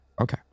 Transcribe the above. Okay